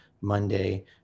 monday